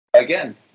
Again